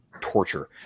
torture